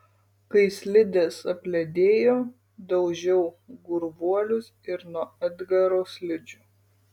kai slidės apledėjo daužiau gurvuolius ir nuo edgaro slidžių